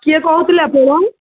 କିଏ କହୁଥିଲେ ଆପଣ